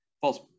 false